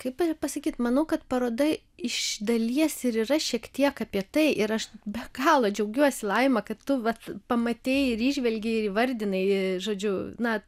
kaip ir pasakyt manau kad paroda iš dalies ir yra šiek tiek apie tai ir aš be galo džiaugiuosi laima kad tu vat pamatei ir įžvelgei ir įvardinai žodžiu na